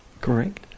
correct